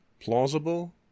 plausible